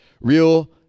real